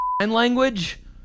language